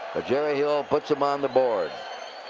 jerry hill puts them on the board.